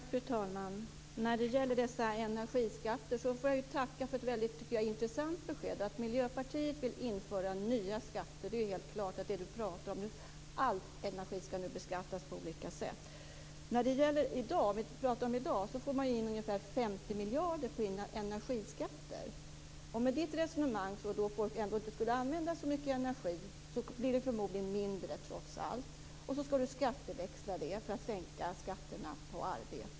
Fru talman! Jag får tacka för ett väldigt intressant besked när det gäller energiskatterna. Miljöpartiet vill införa nya skatter. Det är helt klart att det är det som Yvonne Ruwaida pratar om. All energi skall nu beskattas på olika sätt. I dag får man in ungefär 50 miljarder på energiskatter. Med Yvonne Ruwaidas resonemang, där folk inte skulle använda så mycket energi, blir det trots allt förmodligen mindre. Sedan skall det ske en skatteväxling, så att man skall kunna sänka skatterna på arbete.